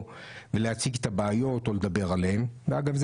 ולהציג את הבעיות או לדבר עליהם ואגב,